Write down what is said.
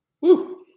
Woo